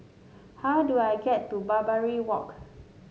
how do I get to Barbary Walk